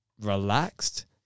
relaxed